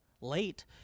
late